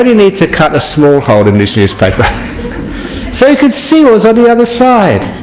and need to cut a small hole in this newspaper so you can see what's on the other side